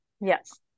Yes